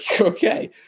okay